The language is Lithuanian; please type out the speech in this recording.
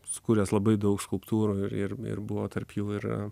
sukūręs labai daug skulptūrų ir ir ir buvo tarp jų yra